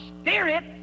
spirit